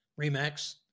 REMAX